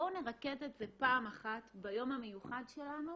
בואו נרכז את זה פעם אחת ביום המיוחד שלנו